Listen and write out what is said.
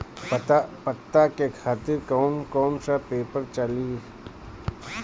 पता के खातिर कौन कौन सा पेपर चली?